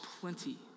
plenty